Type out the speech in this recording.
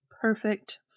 Perfect